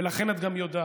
וגם לכן את יודעת.